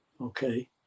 Okay